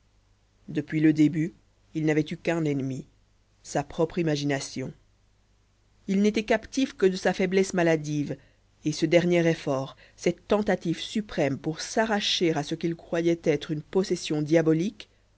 depuis le début il n'avait eu qu'un ennemi sa propre imagination il n'était captif que de sa faiblesse maladive et ce dernier effort cette tentative suprême pour s'arracher à ce qu'il croyait être une possession diabolique